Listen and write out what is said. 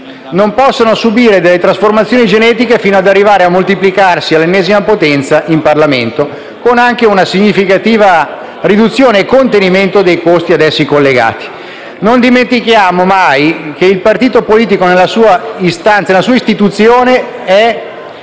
non potranno subire delle trasformazioni genetiche, fino ad arrivare a moltiplicarsi all'ennesima potenza in Parlamento, anche con una significativa riduzione e contenimento dei costi ad essi collegati. Non dimentichiamo mai che il partito politico nella sua istituzione è